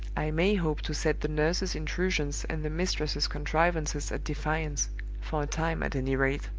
i may hope to set the nurse's intrusions and the mistress's contrivances at defiance for a time, at any rate.